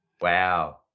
Wow